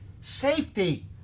safety